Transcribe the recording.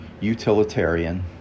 utilitarian